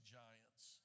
giants